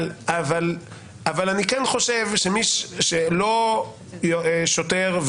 אבל אני כן חושב שלא שוטר,